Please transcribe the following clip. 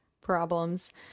problems